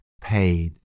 paid